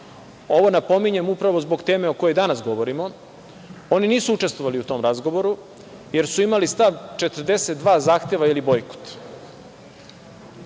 Ovo napominjem upravo zbog teme o kojoj danas govorimo. Oni nisu učestvovali u tom razgovoru jer su imali stav – 42 zahteva ili bojkot. Ne